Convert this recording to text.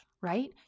right